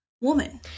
woman